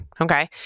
okay